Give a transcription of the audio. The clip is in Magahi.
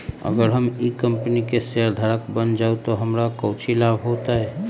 अगर हम ई कंपनी के शेयरधारक बन जाऊ तो हमरा काउची लाभ हो तय?